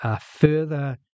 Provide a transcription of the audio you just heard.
further